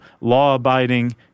law-abiding